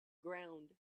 ground